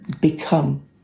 become